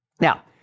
Now